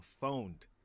phoned